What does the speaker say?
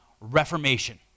reformation